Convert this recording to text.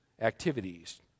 activities